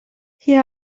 hier